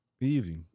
Easy